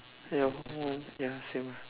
ya ya ya same